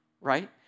right